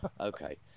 Okay